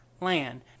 land